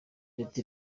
leta